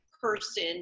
person